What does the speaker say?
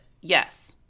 yes